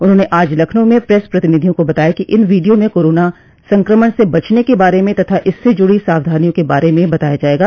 उन्होंने आज लखनऊ में प्रेस प्रतिनिधियों को बताया कि इन वीडियो में कोरोना संक्रमण से बचने के बारे में तथा इससे जुड़ी सावधानियों के बारे में बताया जायेगा